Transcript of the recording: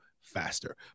faster